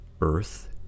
earth